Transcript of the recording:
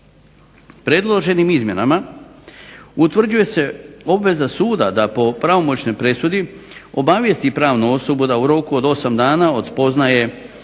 Predloženim izmjenama utvrđuje se obveza suda da po pravomoćnoj presudi obavijesti pravnu osobu da u roku od osam dana od spoznaje